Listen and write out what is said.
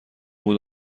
بود